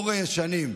עורו ישנים.